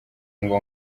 ngo